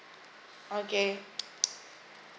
okay